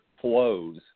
flows